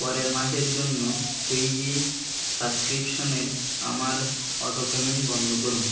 পরের মাসের জন্য সুইগি সাবস্ক্রিপশনের আমার অটোপেমেন্ট বন্ধ করুন